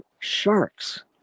Sharks